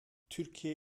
türkiye